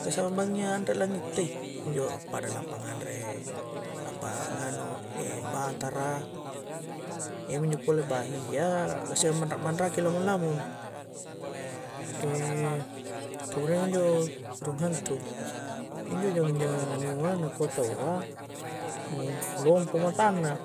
Kah sambangia' anre' la ngitte', injo' pada lampa' nganre, nampa' nganu' e' batara, e' injo' mi kulle' bahi' ya, gassing' manra'-manraki' lamung'-lamung' e' kemudian injo', burung hantu injo' jangang'-jangang' anua na kua' taua' nu lompo' matanna'